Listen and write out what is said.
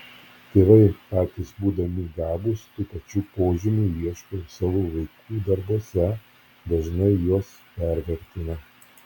tėvai patys būdami gabūs tų pačių požymių ieško ir savo vaikų darbuose dažnai juos pervertina